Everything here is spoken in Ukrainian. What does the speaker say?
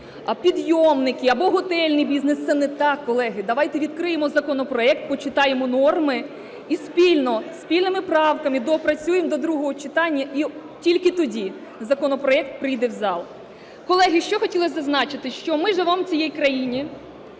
підйомники або готельний бізнес. Це не так, колеги. Давайте відкриємо законопроект, почитаємо норми і спільно спільними правками доопрацюємо до другого читання, і тільки тоді законопроект прийде в зал. Колеги, що хотілося зазначити, що ми живемо в цій країні,